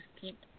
keep